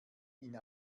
ihn